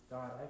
God